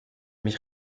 mich